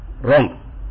Wrong